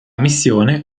missione